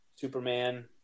Superman